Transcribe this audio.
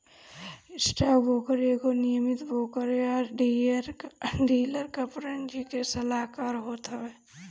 stockbroker एगो नियमित broker या डीलर या पंजीकृत सलाहकार होत हवे